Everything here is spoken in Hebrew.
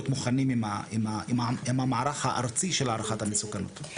מוכנים עם המערך הארצי של הערכת המסוכנות.